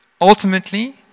ultimately